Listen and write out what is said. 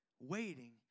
waiting